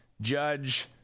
Judge